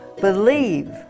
believe